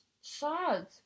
sad